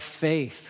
faith